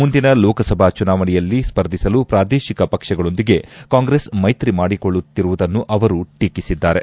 ಮುಂದಿನ ಲೋಕಸಭಾ ಚುನಾವಣೆಯಲ್ಲಿ ಸ್ಪರ್ಧಿಸಲು ಪ್ರಾದೇಶಿಕ ಪಕ್ಷಗಳೊಂದಿಗೆ ಕಾಂಗ್ರೆಸ್ ಮೈತ್ರಿ ಮಾಡಿಕೊಳ್ಳುತ್ತಿರುವುದನ್ನು ಅವರು ಟೀಕಿಸಿದ್ದಾರೆ